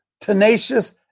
tenacious